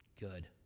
good